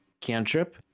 cantrip